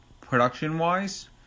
production-wise